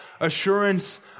assurance